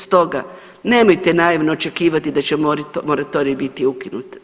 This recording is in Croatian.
Stoga nemojte naivno očekivati da će moratorij bit ukinut.